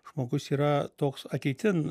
žmogus yra toks ateitin